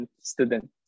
Student